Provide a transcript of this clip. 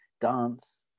dance